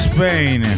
Spain